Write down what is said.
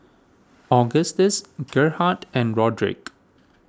Augustus Gerhardt and Rodrick